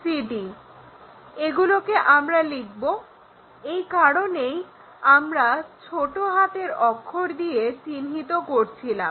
এগুলোকে আমরা লিখব এই কারণেই আমরা ছোট হাতের অক্ষর দিয়ে চিহ্নিত করছিলাম